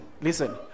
Listen